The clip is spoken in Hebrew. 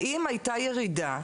האם הייתה ירידה,